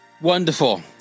Wonderful